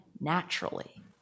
naturally